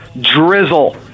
drizzle